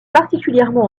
particulièrement